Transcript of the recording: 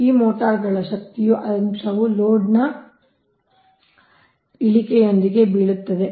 ಈ ಮೋಟಾರ್ಗಳ ಶಕ್ತಿಯ ಅಂಶವು ಲೋಡ್ನ ಇಳಿಕೆಯೊಂದಿಗೆ ಬೀಳುತ್ತದೆ